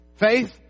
Faith